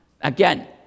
again